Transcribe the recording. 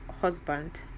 husband